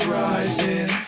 rising